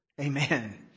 Amen